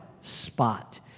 spot